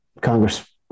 Congress